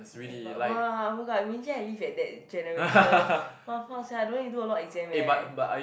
a lot !wah! oh-my-god imagine I live at that generation !wah! fuck sia I don't need do a lot exam eh